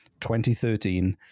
2013